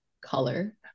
color